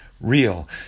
real